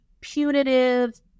punitive